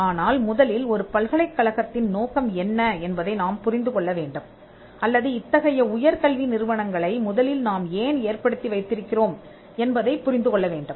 ஆனால் முதலில் ஒரு பல்கலைக் கழகத்தின் நோக்கம் என்ன என்பதை நாம் புரிந்து கொள்ள வேண்டும் அல்லது இத்தகைய உயர் கல்வி நிறுவனங்களை முதலில் நாம் ஏன் ஏற்படுத்தி வைத்திருக்கிறோம் என்பதைப் புரிந்து கொள்ள வேண்டும்